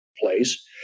place